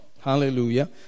hallelujah